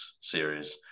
series